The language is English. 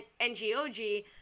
NGOG